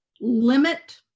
limit